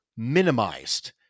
minimized